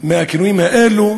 מהכינויים האלה.